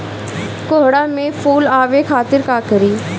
कोहड़ा में फुल आवे खातिर का करी?